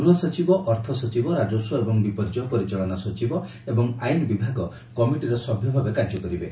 ଗୃହ ସଚିବ ଅର୍ଥ ସଚିବ ରାଜସ୍ୱ ଏବଂ ବିପର୍ଯ୍ୟୟ ପରିଚାଳନା ସଚିବ ଏବଂ ଆଇନ ବିଭାଗ କମିଟିର ସଭ୍ୟ ଭାବେ କାର୍ଯ୍ୟ କରିବେ